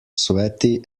sweaty